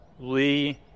Lee